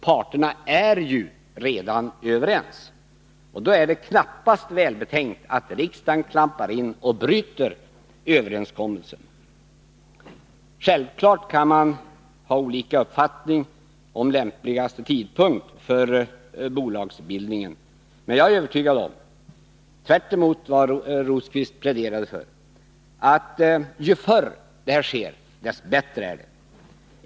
Parterna är ju redan överens. Då är det knappast välbetänkt att riksdagen klampar in och bryter överenskommelsen. Självfallet kan man ha olika uppfattning om lämpligaste tidpunkt för bolagsbildningen, men jag är — tvärtemot vad Birger Rosqvist pläderade för — övertygad om att ju förr detta sker, dess bättre är det.